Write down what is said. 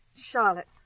Charlotte